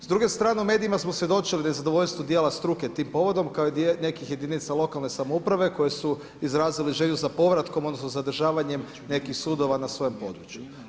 S druge strane u medijima smo svjedočili nezadovoljstvom dijela struke tim povodom kao i nekih jedinica lokalne samouprave koje su izrazile želju za povratkom, odnosno zadržavanjem nekih sudova na svoje području.